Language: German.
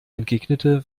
entgegnete